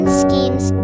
schemes